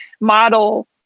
model